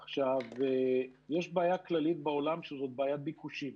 עכשיו, יש בעיה כללית בעולם שהיא בעיית ביקושים.